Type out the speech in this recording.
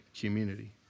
community